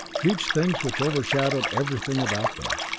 huge things which overshadowed everything about them.